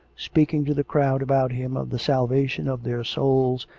speaking to the crowd about him of the salvation of their souls,